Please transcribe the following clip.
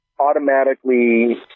automatically